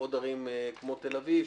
עוד ערים כמו תל אביב,